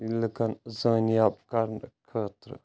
لُکَن زٲنۍیاب کَرنہٕ خٲطرٕ